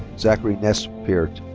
zachary ness peart.